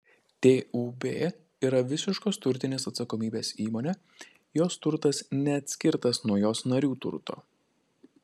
tūb yra visiškos turtinės atsakomybės įmonė jos turtas neatskirtas nuo jos narių turto